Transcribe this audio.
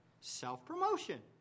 Self-promotion